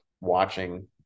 watching